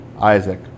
Isaac